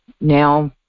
Now